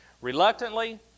Reluctantly